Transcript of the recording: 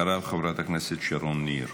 אחריו, חברת הכנסת שרון ניר.